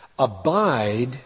Abide